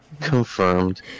Confirmed